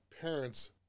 parents